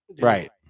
Right